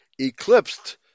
eclipsed